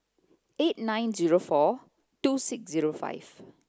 eight nine zero four two six zero five